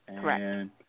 Correct